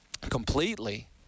completely